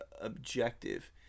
objective